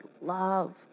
love